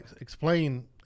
explain